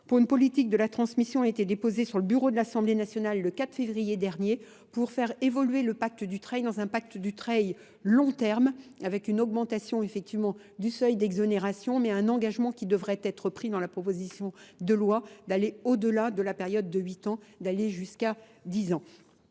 pour une politique de la transmission a été déposée sur le bureau de l'Assemblée nationale le 4 février dernier pour faire évoluer le pacte du trade dans un pacte du trade long terme avec une augmentation du seuil d'exonération mais un engagement qui devrait être pris dans la proposition de loi d'aller au-delà de la période de 8 ans, d'aller jusqu'à 10 ans.